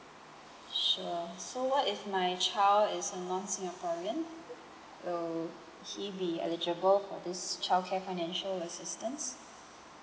sure so what if my child is a non singaporean will he be eligible for this childcare financial assistance